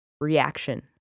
reaction